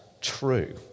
true